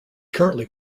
currently